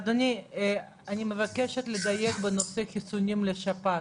אדוני, אני מבקשת לדייק בנושא חיסונים לשפעת,